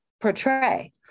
portray